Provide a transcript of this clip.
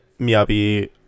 Miyabi